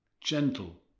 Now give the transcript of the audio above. gentle